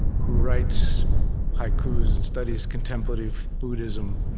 who writes haikus and studies contemplative buddhism,